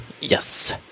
Yes